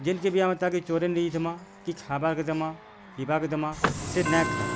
ଯେନ୍କେ ବି ଆମେ ତାକେ ଚରେଇ ନେଇଥିମା କି ଖାବାକେ ଦେମା ପିଇବାକେ ଦେମା ସେ ନା ଖାଏ